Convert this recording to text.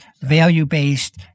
value-based